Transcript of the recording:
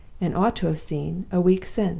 and ought to have seen, a week since.